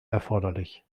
erforderlich